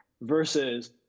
Versus